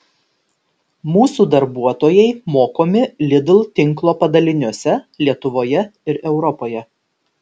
mūsų darbuotojai mokomi lidl tinklo padaliniuose lietuvoje ir europoje